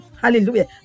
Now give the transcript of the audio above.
hallelujah